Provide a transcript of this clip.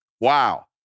Wow